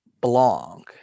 belong